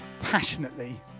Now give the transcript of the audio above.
passionately